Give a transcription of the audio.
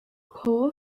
coal